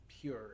pure